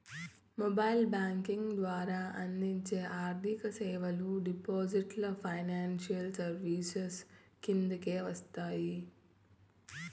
mobile banking ద్వారా అందించే ఆర్థిక సేవలు డిజిటల్ ఫైనాన్షియల్ సర్వీసెస్ కిందకే వస్తాయి